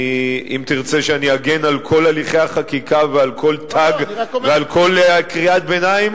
אם תרצה שאני אגן על כל הליכי החקיקה ועל כל תג ועל כל קריאת ביניים,